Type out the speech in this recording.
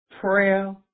prayer